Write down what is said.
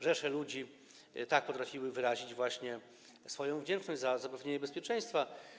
Rzesze ludzi tak potrafiły wyrazić swoją wdzięczność za zapewnienie bezpieczeństwa.